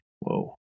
Whoa